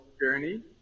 journey